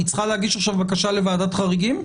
היא צריכה להגיש עכשיו בקשה לוועדת חריגים?